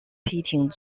petting